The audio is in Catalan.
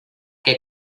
que